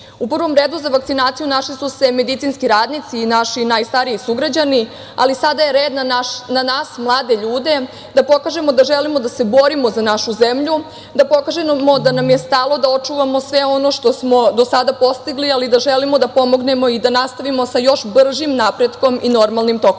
prvom redu za vakcinaciju našli su se medicinski radnici i naši najstariji sugrađani, ali sada je red na nas, mlade ljude, da pokažemo da želimo da se borimo za našu zemlju, da pokažemo da nam je stalo da očuvamo sve ono što smo do sada postigli, ali i da želimo da pomognemo i da nastavimo sa još bržim napretkom i normalnim tokovima